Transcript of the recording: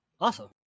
Awesome